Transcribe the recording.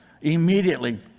immediately